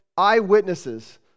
eyewitnesses